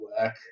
work